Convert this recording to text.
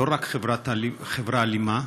חברה אלימה,